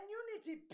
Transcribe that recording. unity